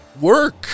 work